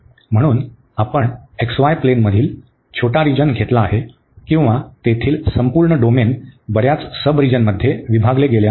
म्हणून आपण x y प्लेनमधील छोटा रिजन घेतला आहे किंवा तेथील संपूर्ण डोमेन बर्याच सबरिजनमध्ये विभागले गेले आहे